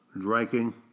drinking